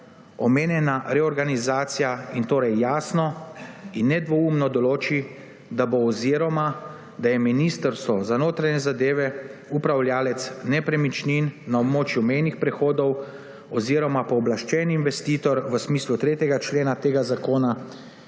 omenjena reorganizacija in torej jasno in nedvoumno določi, da bo oziroma da je Ministrstvo za notranje zadeve upravljavec nepremičnin na območju mejnih prehodov oziroma pooblaščeni investitor v smislu 3. člena tega Zakona,